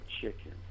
chicken